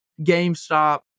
GameStop